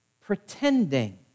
pretending